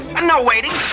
i'm not waiting.